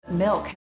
milk